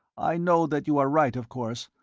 i know that you are right, of course,